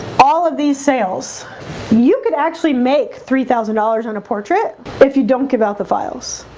all of these sales you could actually make three thousand dollars on a portrait if you don't give out the files